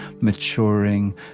maturing